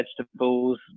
vegetables